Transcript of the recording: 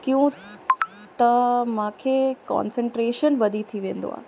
कि हू त मूंखे कॉंसन्ट्रेशन वधी थी वेंदो आहे